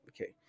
Okay